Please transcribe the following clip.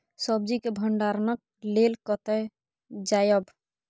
सब्जी के भंडारणक लेल कतय जायब?